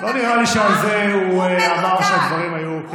לא נראה לי שעל זה הוא אמר שהדברים היו,